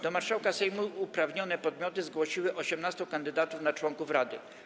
Do marszałka Sejmu uprawnione podmioty zgłosiły 18 kandydatów na członków rady.